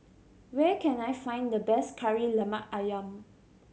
where can I find the best Kari Lemak Ayam